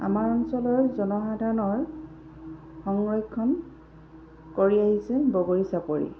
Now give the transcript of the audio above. আমাৰ অঞ্চলৰ জনসাধাৰণৰ সংৰক্ষণ কৰি আহিছে বগৰী চাপৰি